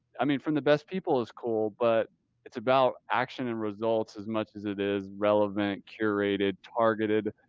i mean from the best people is cool, but it's about action and results as much as it is relevant, curated, targeted,